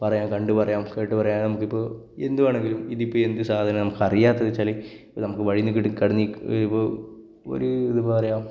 പറയാം കണ്ടു പറയാം കേട്ടു പറയാം നമുക്കിപ്പോൾ എന്ത് വേണമെങ്കിലും ഇതിപ്പോളെന്തു സാധനം അറിയാത്തതെന്നു വെച്ചാൽ ഇപ്പം നമുക്ക് വഴിയിൽ നിന്നു കിട്ടുന്ന കടന്നു ഒരു ഒരു ഇത് പറയുക